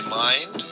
mind